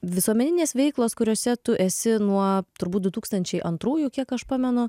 visuomeninės veiklos kuriose tu esi nuo turbūt du tūkstančiai antrųjų kiek aš pamenu